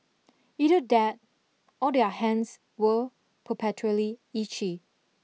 either that or their hands were perpetually itchy